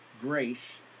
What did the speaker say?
grace